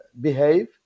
behave